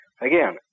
Again